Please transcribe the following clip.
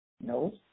No